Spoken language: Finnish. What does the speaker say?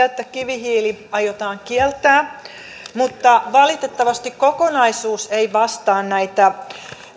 että kivihiili aiotaan kieltää mutta valitettavasti kokonaisuus ei vastaa näitä